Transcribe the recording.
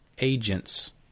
agents